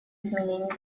изменений